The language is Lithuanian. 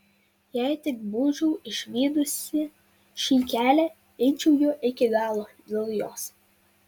jei tik būčiau išvydusi šį kelią eičiau juo iki galo dėl jos